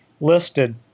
listed